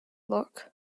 look